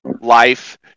life